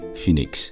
Phoenix